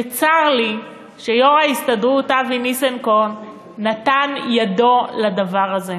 וצר לי שיושב-ראש ההסתדרות אבי ניסנקורן נתן את ידו לדבר הזה.